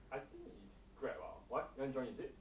I think it's grab ah why you wanna join is it